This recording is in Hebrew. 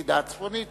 צדה הצפוני,